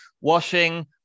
washing